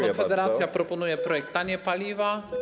Konfederacja proponuje projekt „Tanie paliwo”